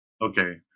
Okay